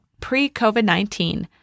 pre-COVID-19